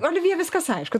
olivjė viskas aišku